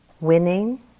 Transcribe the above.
winning